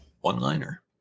one-liner